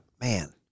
man